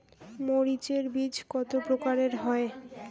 মরিচ এর বীজ কতো প্রকারের হয়?